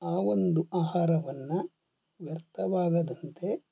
ಆ ಒಂದು ಆಹಾರವನ್ನು ವ್ಯರ್ಥವಾಗದಂತೆ